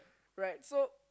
right so